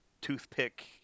toothpick